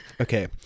okay